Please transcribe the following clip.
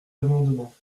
amendement